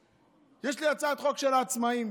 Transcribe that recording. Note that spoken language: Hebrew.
יש לי הצעת חוק של העצמאים.